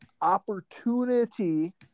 Opportunity